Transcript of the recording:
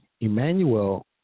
Emmanuel